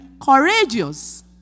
courageous